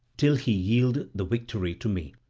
till he yield the victory to me.